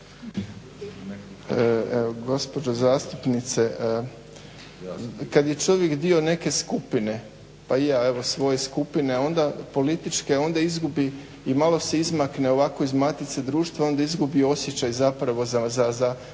Gospođo zastupnice, kad je čovjek dio neke skupine pa i ja evo svoje skupine onda političke onda izgubi i malo se izmakne ovako iz matice društva onda izgubi osjećaj zapravo za društvenu